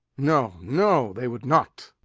no, no, they would not!